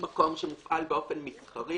במקום שמופעל באופן מסחרי.